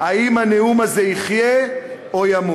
אם הנאום הזה יחיה או ימות.